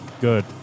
Good